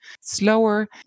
slower